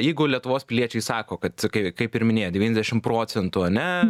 jeigu lietuvos piliečiai sako kad kaip ir minėjo devyniasdešim procentų ane